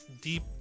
deep